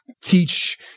teach